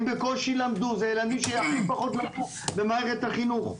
הם הכי פחות למדו במערכת החינוך.